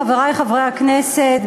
חברי חברי הכנסת,